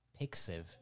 Pixiv